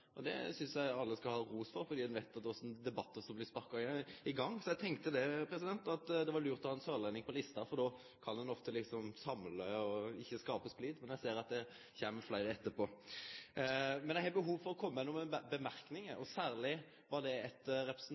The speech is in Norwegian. det. Det synest eg alle skal ha ros for, for ein veit jo korleis debattar blir sparka i gang. Så eg tenkte at det var lurt å ha ein sørlending på lista, som ofte kan samle og ikkje skape splid, men eg ser at det kjem fleire etterpå. Men eg har behov for å kome med nokre merknader. Særleg gjeld det